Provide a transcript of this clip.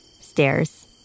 stairs